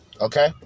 okay